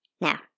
Now